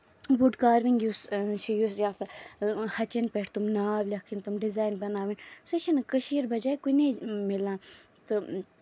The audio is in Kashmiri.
وُڈ کاروِنگ یُس چھِ یُس یہِ ہسا ہَچین پٮ۪ٹھ تِم ناو لٮ۪کھٕنۍ تِم ڈِزاین بَناؤنۍ سُہ چھِ نہٕ کٔشیٖر بَجاے کُنی جایہِ ملان تہٕ